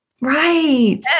Right